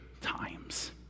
times